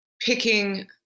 picking